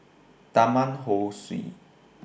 Taman Ho Swee